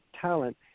talent